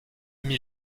mis